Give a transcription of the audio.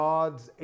God's